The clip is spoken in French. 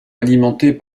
alimentées